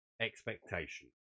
expectation